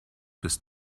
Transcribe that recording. bis